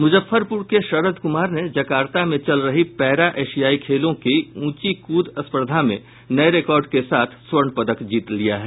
मुजफ्फरपुर के शरद कुमार ने जकार्ता में चल रही पैरा एशियाई खेलों के ऊंची कूद स्पर्धा में नये रिकॉर्ड के साथ स्वर्ण पदक जीत लिया है